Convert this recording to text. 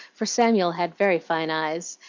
for samuel had very fine eyes,